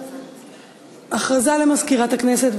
הכרזה למזכירת הכנסת,